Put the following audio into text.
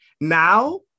now